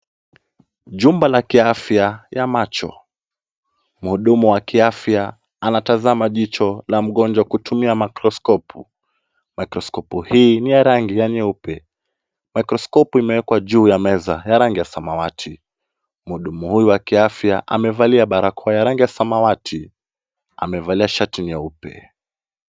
Jumba la kiafya ya macho. Muhudumu wa kiafya anatazama jicho la mgonjwa kutumia microscopu. Microscopu hii ni ya rangi ya nyeupe. Microscopu imewekwa juu ya meza ya rangi ya samawati. Muhudumu huyu wa kiafya amevalia barakoa ya rangi ya samawati, amevalia shati nyeupe.